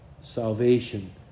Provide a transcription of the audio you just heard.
salvation